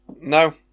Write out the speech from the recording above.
No